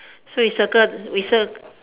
so you circle we cir~